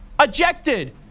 Ejected